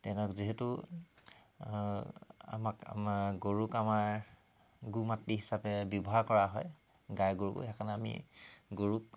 তেনে যিহেতু আমাক আমা গৰুক আমাৰ গোমাতৃ হিচাপে ব্যৱহাৰ কৰা হয় গাইগৰুক সেইকাৰণে আমি গৰুক